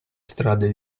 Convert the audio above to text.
strade